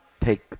take